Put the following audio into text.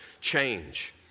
change